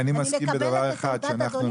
אני מקבלת את עמדת אדוני,